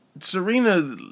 Serena